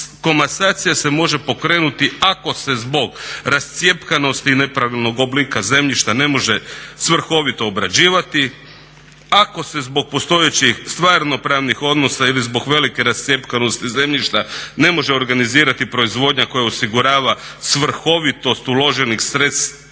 komasacija se može pokrenuti ako se zbog rascjepkanosti i nepravilnog oblika zemljišta ne može svrhovito obrađivati, ako se zbog postojećih stvarno pravnih odnosa ili zbog velike rascjepkanosti zemljišta ne može organizirati proizvodnja koja osigurava svrhovitost uloženih sredstava